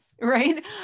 Right